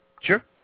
Sure